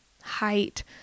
height